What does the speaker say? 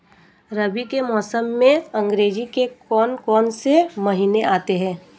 रबी के मौसम में अंग्रेज़ी के कौन कौनसे महीने आते हैं?